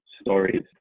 stories